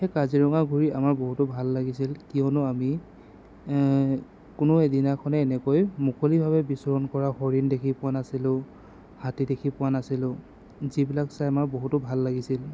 সেই কাজিৰঙা ঘুৰি আমাৰ বহুতো ভাল লাগিছিল কিয়নো আমি কোনো এদিনাখনেই এনেকৈ মুকলিভাৱে বিচৰণ কৰা হৰিণ দেখি পোৱা নাছিলোঁ হাতী দেখি পোৱা নাছিলোঁ যিবিলাক চাই আমাৰ বহুতো ভাল লাগিছিল